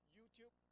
YouTube